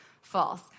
false